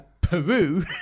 Peru